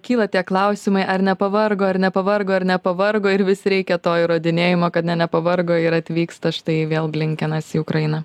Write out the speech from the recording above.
kyla tie klausimai ar nepavargo ar nepavargo ar nepavargo ir vis reikia to įrodinėjimo kad ne nepavargo ir atvyksta štai vėl blinkenas į ukrainą